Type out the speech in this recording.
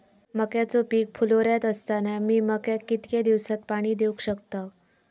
मक्याचो पीक फुलोऱ्यात असताना मी मक्याक कितक्या दिवसात पाणी देऊक शकताव?